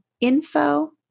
info